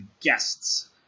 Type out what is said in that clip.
guests